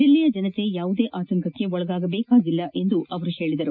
ಜಿಲ್ಲೆಯ ಜನತೆ ಯಾವುದೇ ಆತಂಕಕ್ಕೆ ಒಳಪಡಬೇಕಿಲ್ಲ ಎಂದರು